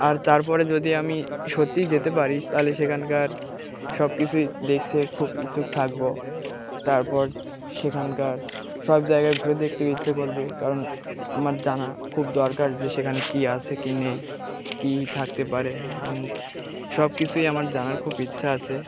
আর তারপরে যদি আমি সত্যিই যেতে পারিস তালে সেখানকার সব কিছুই দেখতে খুব ইচ্ছুক থাকবো তারপর সেখানকার সব জায়গায় ঘুর দেখতেও ইচ্ছো করবে কারণ আমার জানা খুব দরকার যে সেখানে কী আসে কি নেই কী থাকতে পারে্ন সব কিছুই আমার জানার খুব ইচ্ছা আসে